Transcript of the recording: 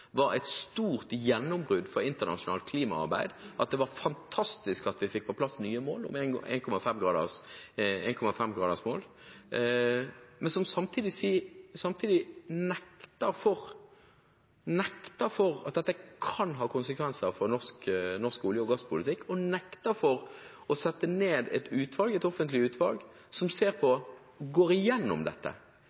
var et stort gjennombrudd for internasjonalt klimaarbeid, at det var fantastisk at vi fikk på plass nye mål, 1,5-gradersmålet, men som samtidig nekter for at dette kan ha konsekvenser for norsk olje- og gasspolitikk, og nekter å sette ned et offentlig utvalg som skal gå igjennom dette.